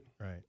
Right